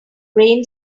brain